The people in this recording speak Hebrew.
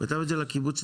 כתב את זה לקיבוצניקים.